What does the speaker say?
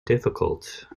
difficult